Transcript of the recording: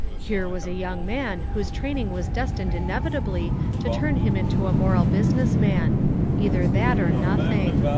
here was a young man whose training was destined inevitably to turn him into a moral business man either that or nothing.